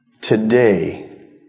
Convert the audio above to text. today